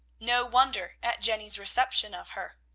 no wonder at jenny's reception of her!